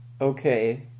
okay